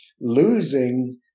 losing